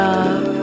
Love